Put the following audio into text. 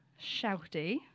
shouty